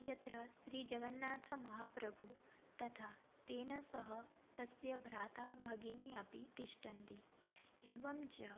यत्र श्रीजगन्नाथमहाप्रभुः तथा तेन सह तस्य भ्राता भगिनी अपि तिष्ठन्ति एवं च